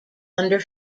under